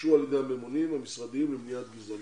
הוגשו על ידי הממונים במשרדים למניעת גזענות.